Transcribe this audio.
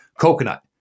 Coconut